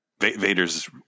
Vader's